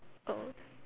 oh